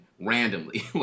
randomly